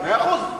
מאה אחוז.